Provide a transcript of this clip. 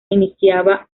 iniciaba